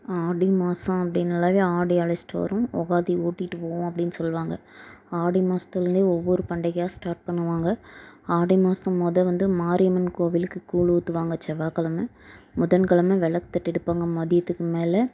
ஆடி மாதம் அப்படிங்கலாவே ஆடி அழைச்சிட்டு வரும் யுகாதி ஓட்டிட்டு போகும் அப்படின்னு சொல்லுவாங்க ஆடி மாசத்துலேருந்தே ஒவ்வொரு பண்டிகையாக ஸ்டார்ட் பண்ணுவாங்க ஆடி மாதம்போதே வந்து மாரியம்மன் கோவிலுக்கு வந்து கூழ் ஊற்றுவாங்க செவ்வாக்கிழம புதன்கிழம விளக்கு தட்டு எடுப்பாங்க மதியத்துக்கு மேல்